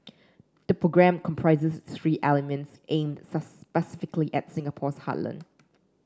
the program comprises three elements aimed specifically at Singapore's heartland